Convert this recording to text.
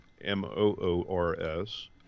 M-O-O-R-S